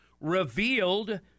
revealed